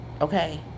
Okay